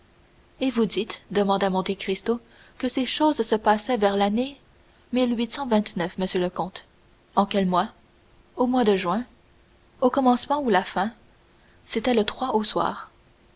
et vous dites demanda monte cristo que ces choses se passaient vers l'année monsieur le comte en quel mois au mois de juin au commencement ou à la fin c'était le au soir